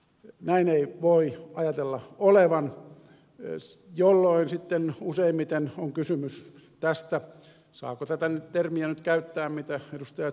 näin ei voi ajatella olevan jolloin sitten useimmiten on kysymys tästä saako tätä termiä nyt käyttää mitä ainakin ed